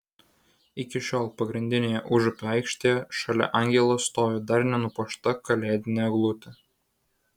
iki šiol pagrindinėje užupio aikštėje šalia angelo stovi dar nenupuošta kalėdinė eglutė